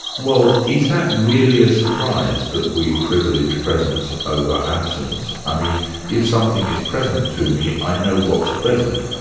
well is that really a surprise, that we privilege presence over absence? i mean if something is present to me, i know what's present.